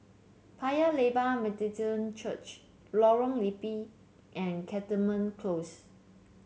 Paya Lebar Methodist Church Lorong Liput and Cantonment Close